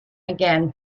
again